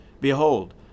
Behold